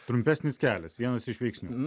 trumpesnis kelias vienas iš veiksnių